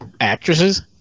actresses